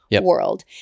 world